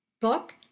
book